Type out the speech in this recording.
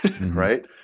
right